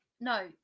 No